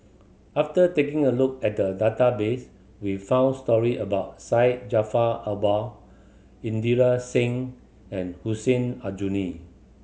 after taking a look at the database we found story about Syed Jaafar Albar Inderjit Singh and Hussein Aljunied